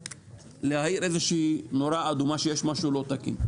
להאיר איזה נורה אדומה שיש משהו לא תקין,